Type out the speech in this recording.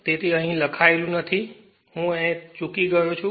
તેથી તે અહીં લખાયેલું નથી હું તેને અહીંથી ચૂકી ગયો છું